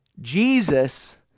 Jesus